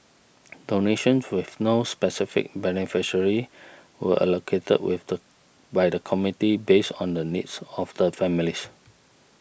donations with no specified beneficiaries were allocated with the by the committee based on the needs of the families